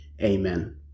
amen